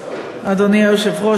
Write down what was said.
אדוני היושב-ראש,